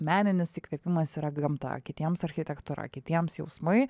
meninis įkvėpimas yra gamta kitiems architektūra kitiems jausmai